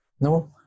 No